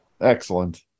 Excellent